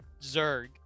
Zerg